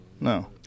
no